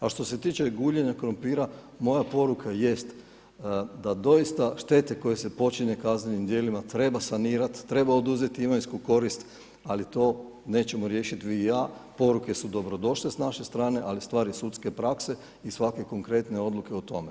A što se tiče guljenja krumpira, moja poruka jest, da doista štete koje se počine kaznenim djelima treba sanirati, treba oduzeti imovinsku korist, ali to nećemo riješiti vi i ja, poruke su dobrodošle s naše strane, ali stvar je sudske prakse i svake konkretne odluke o tome.